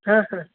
हा हा